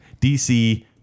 DC